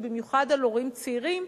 במיוחד על הורים צעירים,